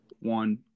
One